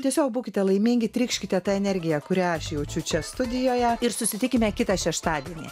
tiesiog būkite laimingi trykšite ta energija kurią aš jaučiu čia studijoje ir susitikime kitą šeštadienį